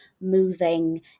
moving